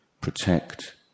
protect